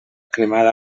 cremada